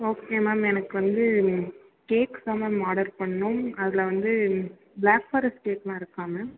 okay ma'am எனக்கு வந்து cake தான் மேம் ஆர்டர் பண்ணணும் அதில் வந்து ப்ளாக் ஃபாரஸ்ட் கேக்லாம் இருக்கா மேம்